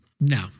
No